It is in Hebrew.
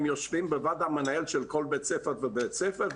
הם יושבים בוועד המנהל של כל בית ספר ובית ספר,